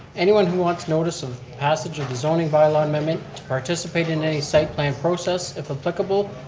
anyone who wants notice of passage of the zoning bylaw amendment, to participate in any site plan process, if applicable,